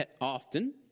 often